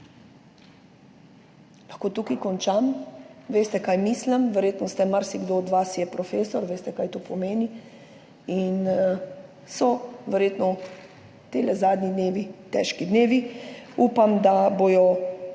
Lahko tukaj končam? Veste, kaj mislim, marsikdo od vas je profesor, veste, kaj to pomeni. In so verjetno ti zadnji dnevi težki dnevi. Upam, da bo